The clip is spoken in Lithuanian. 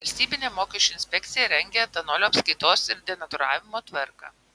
valstybinė mokesčių inspekcija rengią etanolio apskaitos ir denatūravimo tvarką